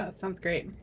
ah sounds great!